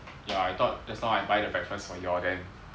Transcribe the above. ya I thought just I buy back breakfast for y'all then